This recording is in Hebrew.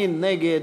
מי נגד?